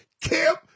camp